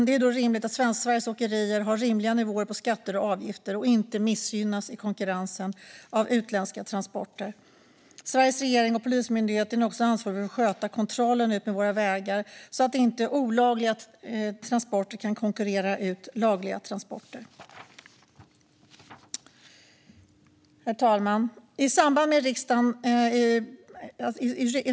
Det är därför rimligt att Sveriges åkerier har rimliga nivåer på skatter och avgifter och inte missgynnas i konkurrensen av utländska transporter. Sveriges regering och Polismyndigheten är ansvariga för att sköta kontrollerna utmed våra vägar så att inte olagliga transporter kan konkurrera ut lagliga transporter. Herr talman!